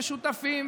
ושותפים,